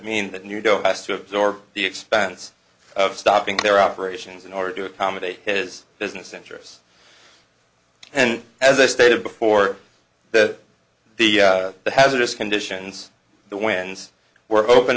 mean that newdow has to absorb the expense of stopping their operations in order to accommodate his business interests and as i stated before that the hazardous conditions the winds were open